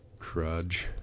Crudge